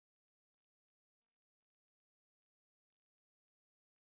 do you see three shirts there I see three shirts there